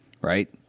right